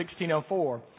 1604